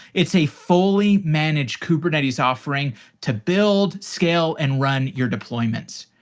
it's a fully managed kubernetes offering to build, scale, and run your deployments.